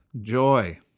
joy